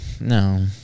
No